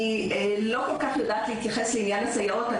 אני לא כל כך יודעת להתייחס לעניין הסייעות,